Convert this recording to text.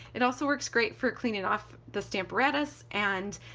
it also works great for cleaning off the stamparatus and